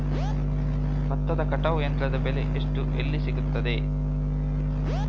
ಭತ್ತದ ಕಟಾವು ಯಂತ್ರದ ಬೆಲೆ ಎಷ್ಟು ಮತ್ತು ಎಲ್ಲಿ ಸಿಗುತ್ತದೆ?